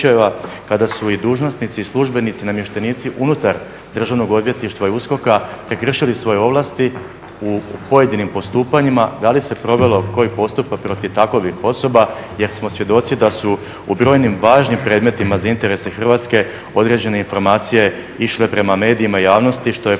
kada su i dužnosnici, službenici, namještenici unutar Državnog odvjetništva i Uskoka te kršili svoje ovlasti u pojedinim postupanjima, da li se proveo koji postupak protiv takvih osoba jer smo svjedoci da su u brojnim važnim predmetima za interese Hrvatske određene informacije išle prema medijima i javnosti što je